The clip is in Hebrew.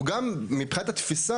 מבחינת התפיסה,